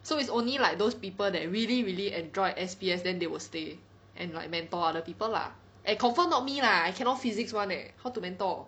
so it's only like those people that really really enjoyed S_P_S then they will stay and like mentor other people lah and confirm not me lah I cannot physics [one] leh how to mentor